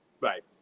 Right